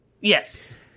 yes